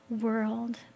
world